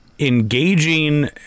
Engaging